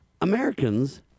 Americans